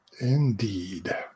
Indeed